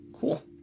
Cool